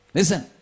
Listen